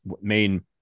main